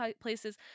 places